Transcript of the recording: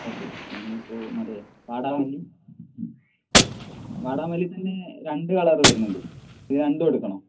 okay ഇനിയിപ്പോൾ മറ്റേ വാടാമല്ലി വാടാമല്ലിയിൽത്തന്നെ രണ്ടു കളർ വരുന്നുണ്ട് ഇത് രണ്ടും എടുക്കണോ